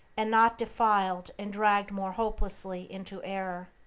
and not defiled and dragged more hopelessly into error.